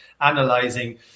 analyzing